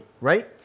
right